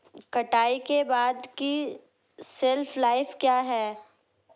कटाई के बाद की शेल्फ लाइफ क्या है?